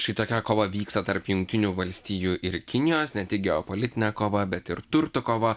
šitokia kova vyksta tarp jungtinių valstijų ir kinijos ne tik geopolitinė kova bet ir turtų kova